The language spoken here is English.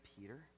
Peter